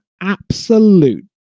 absolute